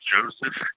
Joseph